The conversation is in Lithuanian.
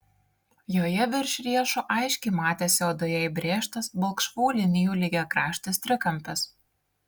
joje virš riešo aiškiai matėsi odoje įbrėžtas balkšvų linijų lygiakraštis trikampis